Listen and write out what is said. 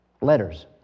letters